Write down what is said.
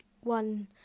one